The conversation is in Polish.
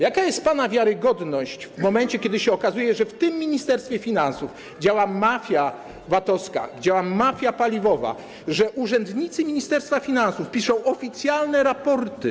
Jaka jest pana wiarygodność w momencie, kiedy okazuje się, że w tym Ministerstwie Finansów działa mafia VAT-owska, działa mafia paliwowa, że urzędnicy Ministerstwa Finansów piszą oficjalne raporty.